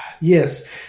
yes